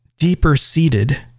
deeper-seated